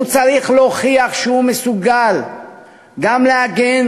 הוא צריך להוכיח שהוא מסוגל גם להגן